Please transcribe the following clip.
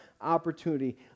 opportunity